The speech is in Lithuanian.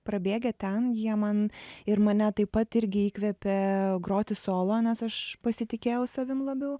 prabėgę ten jie man ir mane taip pat irgi įkvepia groti solo nes aš pasitikėjau savim labiau